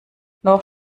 noch